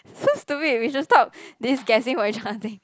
so stupid we just stop this guessing from enchanting